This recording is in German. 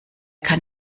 kann